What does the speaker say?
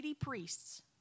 priests